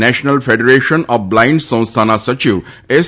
national federation of blind સંસ્થાના સચિવ S